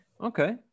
okay